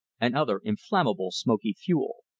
and other inflammable smoky fuel.